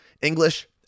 English